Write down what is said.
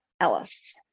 Ellis